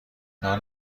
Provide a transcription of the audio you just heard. نان